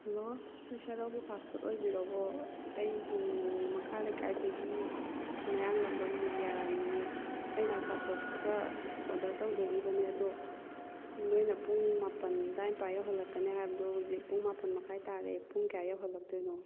hello ꯁꯤ ꯁꯦꯔꯧꯒꯤ fast food ꯑꯣꯏꯕꯤꯔꯕꯣ ꯑꯩ ꯁꯨꯒꯨꯅꯨ ꯃꯈꯥ ꯂꯩꯀꯥꯏꯗꯒꯤ ꯃꯌꯥꯡꯂꯥꯡꯕꯝ ꯕꯤꯟꯗꯤꯌꯥꯔꯥꯅꯤꯅꯦ ꯑꯩꯅ ꯑꯆꯥꯄꯣꯠ ꯈꯔ ꯑꯣꯔꯗꯔ ꯇꯧꯖꯈꯤꯕꯅꯦ ꯑꯗꯣ ꯅꯣꯏꯅ ꯄꯨꯡ ꯃꯥꯄꯜ ꯗꯥꯏꯄꯥ ꯌꯧꯍꯟꯂꯛꯀꯅꯦ ꯍꯥꯏꯕꯗꯣ ꯍꯨꯖꯤꯛ ꯄꯨꯡ ꯃꯄꯥꯜ ꯃꯈꯥꯏ ꯇꯥꯔꯦ ꯄꯨꯡ ꯀꯌꯥꯗ ꯌꯧꯍꯟꯂꯛꯇꯣꯏꯅꯣ